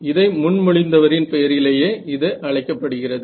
இதை முன்மொழிந்தவரின் பெயரிலேயே இது அழைக்கப்படுகிறது